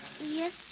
Yes